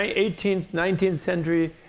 eighteenth, nineteenth century,